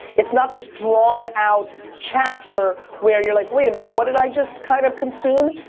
it's not this drawn out chapter where you're like, wait a minute, what did i just kind of consume?